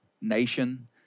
nation